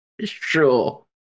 Sure